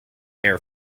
air